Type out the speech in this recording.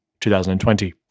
2020